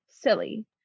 silly